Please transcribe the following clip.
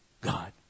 God